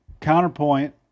counterpoint